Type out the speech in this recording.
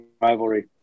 rivalry